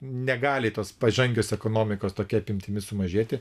negali tos pažangios ekonomikos tokia apimtimi sumažėti